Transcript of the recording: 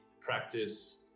practice